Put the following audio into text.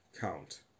count